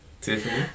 Tiffany